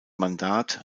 mandat